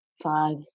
five